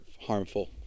harmful